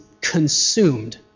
consumed